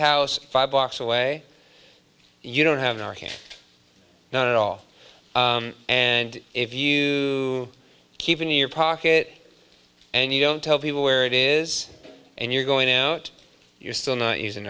house five blocks away you don't have your head not at all and if you keep in your pocket and you don't tell people where it is and you're going out you're still not using